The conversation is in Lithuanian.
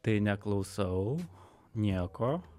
tai neklausau nieko